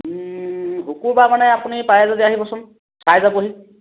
শুকুৰবা মানে আপুনি পাৰে যদি আহিবচোন চাই যাবহি